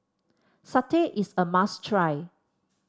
satay is a must try